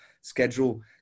schedule